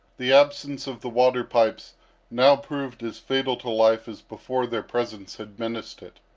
the absence of the water-pipes now proved as fatal to life as before their presence had menaced it.